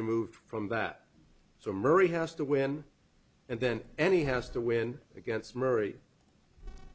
removed from that so murray has to win and then any has to win against mary